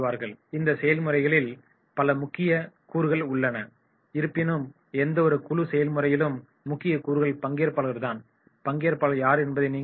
குழு செயல்முறைகளில் பல முக்கிய கூறுகள் உள்ளன இருப்பினும் எந்தவொரு குழு செயல்முறையிலும் முக்கிய கூறுகள் பங்கேற்பாளர்கள் தான் பங்கேற்பாளர்கள் யார் என்பதை நீங்கள் அறிவீர்கள்